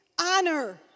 honor